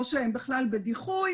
או שהם בכלל בדיחוי.